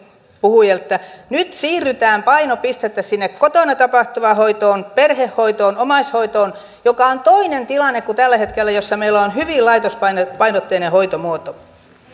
puhui että nyt siirretään painopistettä sinne kotona tapahtuvaan hoitoon perhehoitoon omaishoitoon mikä on toinen tilanne kuin tällä hetkellä kun meillä on hyvin laitospainotteinen hoitomuoto